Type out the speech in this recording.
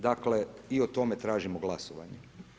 Dakle i o tome tražimo glasovanje.